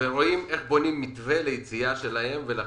כדי לראות איך בונים מתווה לחזרה שלהם לפעילות,